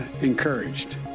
encouraged